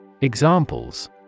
Examples